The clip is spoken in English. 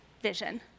vision